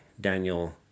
Daniel